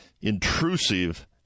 intrusive